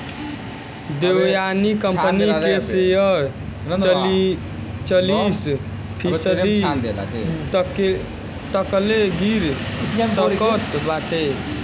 Devyani company के share चालीस फीसदी तकले गिर सकत बाटे